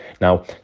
Now